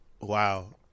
Wow